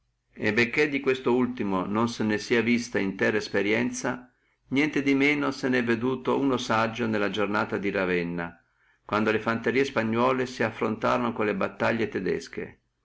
e benché di questo ultimo non se ne sia visto intera esperienzia tamen se ne è veduto uno saggio nella giornata di ravenna quando le fanterie spagnole si affrontorono con le battaglie todesche